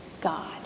God